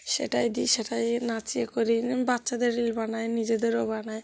সেটাই দিই সেটাই নাচ ইয়ে করি বাচ্চাদের রিল বানাই নিজেদেরও বানাই